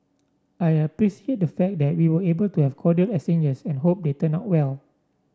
I appreciate the fact that we were able to have cordial exchanges and hope they turn out well